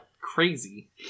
crazy